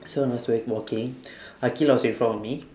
so I was wal~ walking aqilah was in front of me